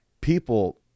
people